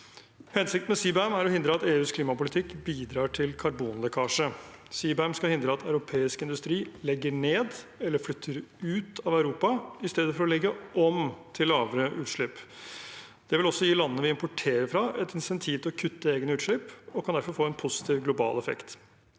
Hensikten med CBAM er å hindre at EUs klimapolitikk bidrar til karbonlekkasje. CBAM skal hindre at europeisk industri legger ned eller flytter ut av Europa i stedet for å legge om til lavere utslipp. Det vil også gi landene vi importerer fra, et insentiv til å kutte egne utslipp og kan derfor få en positiv global effekt.